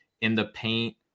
in-the-paint